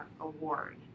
Award